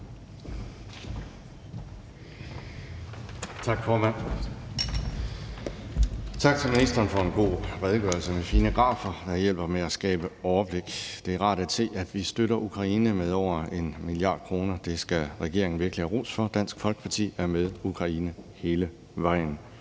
Tak, formand. Tak til ministeren for en god redegørelse med fine grafer, der hjælper med at skabe overblik. Det er rart at se, at vi støtter Ukraine med over 1 mia. kr. Det skal regeringen virkelig have ros for. Dansk Folkeparti er med Ukraine hele vejen.